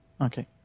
okay